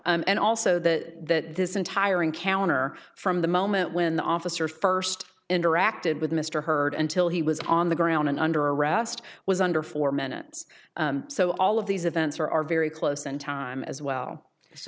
and also that this entire encounter from the moment when the officer first interacted with mr hurd until he was on the ground and under arrest was under four minutes so all of these events are are very close in time as well so